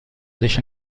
deixa